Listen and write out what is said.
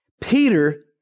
Peter